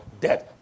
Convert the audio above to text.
death